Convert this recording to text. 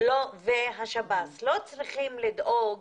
והשב"ס לא צריכים לדאוג